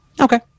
Okay